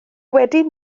wedyn